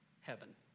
heaven